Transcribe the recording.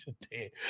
today